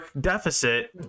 deficit